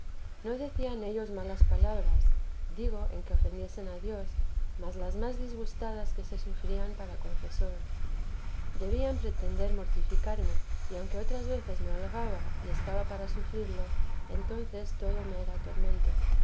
no decían ellos malas palabras digo en que ofendiesen a dios más las más disgustadas que se sufrían para confe vida de la santa madre sar debían pretender mortificarme y aunque otras veces me holgaba y estaba para sufrirlo entonces todo me era tormento